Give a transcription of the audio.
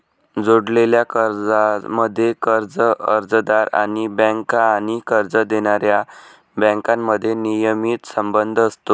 जोडलेल्या कर्जांमध्ये, कर्ज अर्जदार आणि बँका आणि कर्ज देणाऱ्या बँकांमध्ये नियमित संबंध असतो